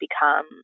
become